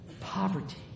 poverty